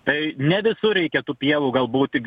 tai ne visur reikia tų pievų galbūt tik